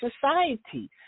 society